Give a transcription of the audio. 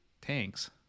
tanks